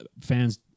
fans